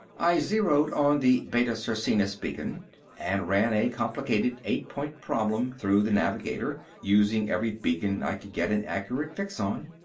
i zeroed on the beta circinus beacon and ran a complicated eight-point problem through the navigator, using every beacon i could get an accurate fix on.